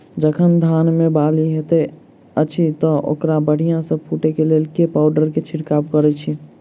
जखन धान मे बाली हएत अछि तऽ ओकरा बढ़िया सँ फूटै केँ लेल केँ पावडर केँ छिरकाव करऽ छी?